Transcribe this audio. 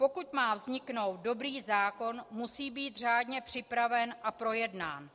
Pokud má vzniknout dobrý zákon, musí být řádně připraven a projednán.